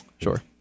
sure